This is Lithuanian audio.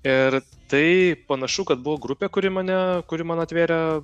ir tai panašu kad buvo grupė kuri mane kuri man atvėrė